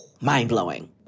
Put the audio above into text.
Mind-blowing